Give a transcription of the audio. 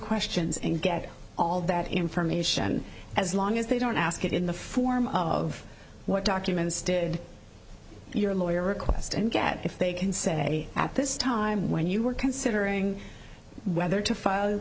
questions and get all that information as long as they don't ask it in the form of what documents did your lawyer request and get if they can say at this time when you were considering whether to file